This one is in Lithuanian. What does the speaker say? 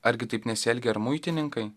argi taip nesielgia ir muitininkai